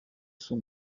son